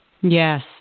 Yes